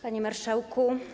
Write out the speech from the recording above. Panie Marszałku!